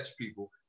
people